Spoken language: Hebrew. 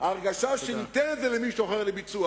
ההרגשה שניתן את זה למישהו אחר לביצוע